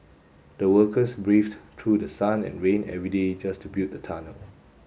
the workers braved through the sun and rain every day just to build the tunnel